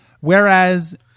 Whereas